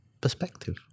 perspective